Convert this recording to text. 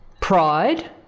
pride